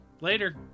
Later